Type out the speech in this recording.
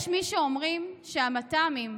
יש מי שאומרים שהמת"מים,